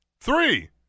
Three